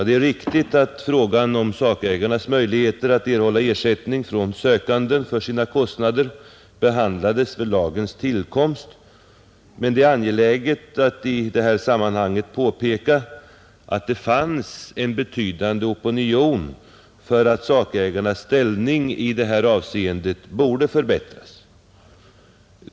Det är riktigt att frågan om sakägarnas möjlighet att erhålla ersättning från sökanden för sina kostnader behandlades vid lagens tillkomst, men det är angeläget att i detta sammanhang påpeka att det fanns en betydande opinion för att sakägarnas ställning i det avseendet borde förbättras.